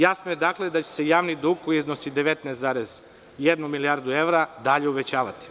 Jasno je da će se javni dug, koji iznosi 19,1 milijardu evra, dalje uvećavati.